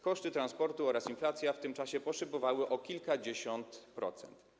Koszty transportu oraz inflacja w tym czasie poszybowały o kilkadziesiąt procent.